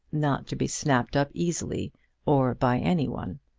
not to be snapped up easily or by any one.